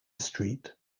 street